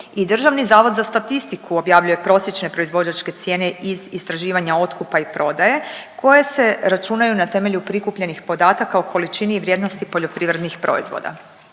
I Državni zavod za statistiku objavljuje prosječne proizvođačke cijene iz istraživanja otkupa i prodaje koje se računaju na temelju prikupljenih podataka o količini i vrijednosti poljoprivrednih proizvoda.